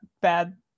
bad